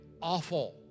awful